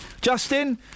Justin